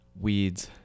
Weeds